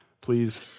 please